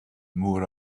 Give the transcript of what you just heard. more